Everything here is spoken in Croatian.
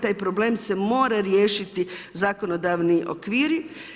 Taj problem se mora riješiti zakonodavni okviri.